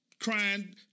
Crying